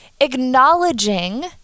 acknowledging